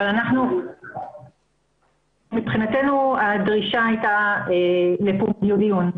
אבל מבחינתנו הדרישה הייתה לפומביות הדיון,